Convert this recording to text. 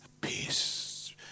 peace